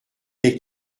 les